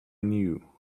new